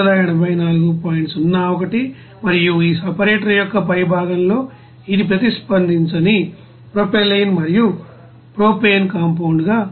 01 మరియు ఈ సపరేటర్ యొక్క పైభాగంలో ఇది ప్రతిస్పందించని ప్రొపైలీన్ మరియు ప్రొపేన్ కాంపౌండ్ గా వస్తుంది